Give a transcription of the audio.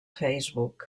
facebook